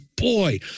boy